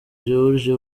george